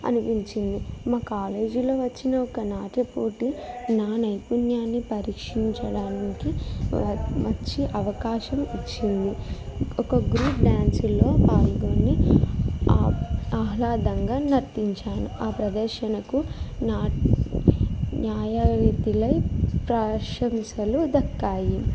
అనిపించింది మా కాలేజీలో వచ్చిన ఒక నాట్య పోటీ నా నైపుణ్యాన్ని పరీక్షించడానికి మంచి అవకాశం ఇచ్చింది ఒక గ్రూప్ డ్యాన్సులో పాల్గొని ఆహ్లాదంగా నర్తించాను ఆ ప్రదర్శనకు నా న్యాయవాదుల ప్రశంసలు దక్కాయి